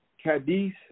Cadiz